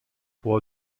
può